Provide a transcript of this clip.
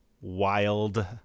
Wild